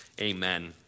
Amen